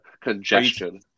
congestion